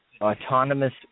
autonomous